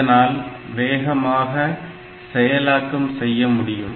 இதனால் வேகமாக செயலாக்கம் செய்ய முடியும்